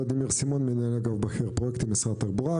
אני מנהל אגף בכיר פרויקטים במשרד התחבורה.